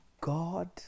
God